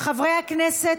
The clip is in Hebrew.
חברי הכנסת,